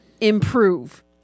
improve